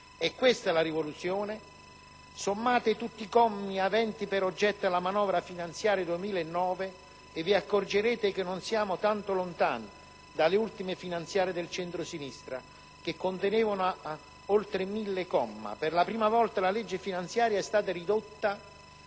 È questa la rivoluzione? Sommate tutti i commi aventi per oggetto la manovra finanziaria 2009 e vi accorgerete che non siamo tanto lontani dalle ultime finanziarie del centrosinistra, che contenevano oltre mille commi. Per la prima volta la legge finanziaria è stata ridotta,